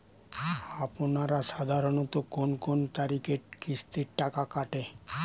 আপনারা সাধারণত কোন কোন তারিখে কিস্তির টাকা কাটে?